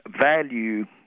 value